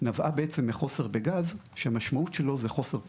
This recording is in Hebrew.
נבעה בעצם מחוסר בגז, שהמשמעות שלו זה חוסר פיתות.